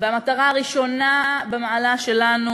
והמטרה הראשונה במעלה שלנו,